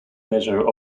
measure